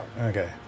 Okay